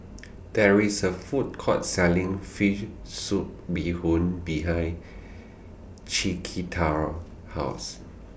There IS A Food Court Selling Fish Soup Bee Hoon behind Chiquita's House